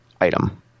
item